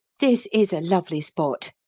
this is a lovely spot.